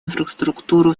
инфраструктуру